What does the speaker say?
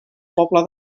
pobla